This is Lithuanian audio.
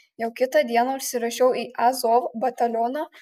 jau kitą dieną užsirašiau į azov batalioną